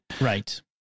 right